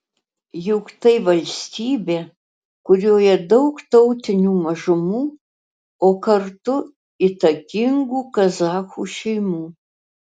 juk tai valstybė kurioje daug tautinių mažumų o kartu įtakingų kazachų šeimų